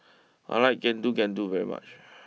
I like Getuk Getuk very much